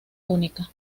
única